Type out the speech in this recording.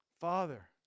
Father